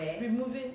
removing